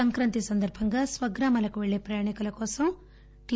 సంక్రాంతి సందర్బంగా స్వగ్రామాలకు వెల్లే ప్రయాణికుల కోసం టి